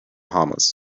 bahamas